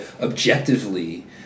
objectively